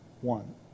One